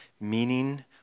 meaning